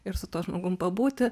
ir su tuo žmogum pabūti